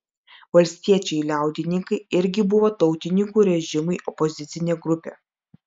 valstiečiai liaudininkai irgi buvo tautininkų režimui opozicinė grupė